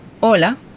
Hola